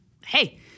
hey